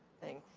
thing.